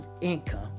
income